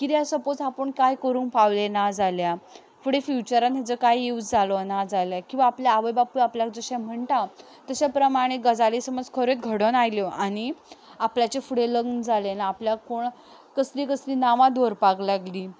कित्याक सपोझ आपूण कांय करूंक पावलें ना जाल्यार फुडें फ्युचरांत तेचो कांय यूज जालो ना जाल्यार किंवां आपल्या आवय बापाय आपल्याक जशें म्हणटा तशे प्रमाणे गजाली समज खऱ्योच घडन आयल्यो आनी आपल्याचें फुडें लग्न जालें ना आपल्याक कोण कसलीं कसलीं नांवां दवरपाक लागलीं